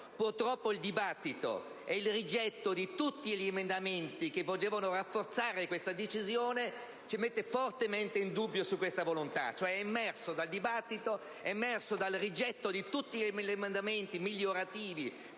Purtroppo il dibattito e il rigetto di tutti gli emendamenti che potevano rafforzare questa decisione ci mettono fortemente in dubbio su questa volontà. È emerso dal dibattito, dal rigetto di tutti gli emendamenti migliorativi